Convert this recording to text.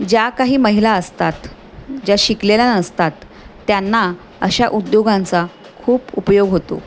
ज्या काही महिला असतात ज्या शिकलेल्या नसतात त्यांना अशा उद्योगांचा खूप उपयोग होतो